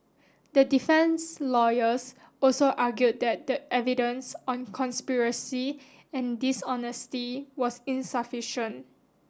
the lawyers also argued that the evidence on conspiracy and dishonesty was insufficient